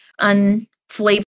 unflavored